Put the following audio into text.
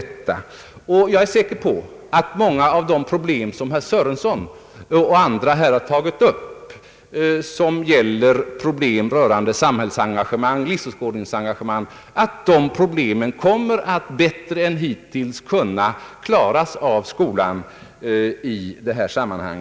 Jag är säker på att många av de problem som herr Sörenson och andra har tagit upp och som gäller samhällsengagemang och livsåskådningsengagemang kommer att bättre än hittills kunna lösas av skolan i detta sammanhang.